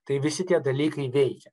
tai visi tie dalykai veikia